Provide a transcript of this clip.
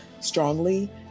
strongly